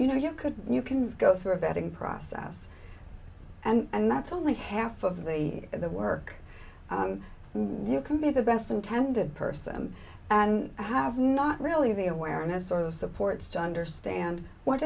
you know you could you can go through a vetting process and that's only half of the work you can be the best intended person and have not really the awareness or supports to understand what